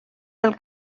del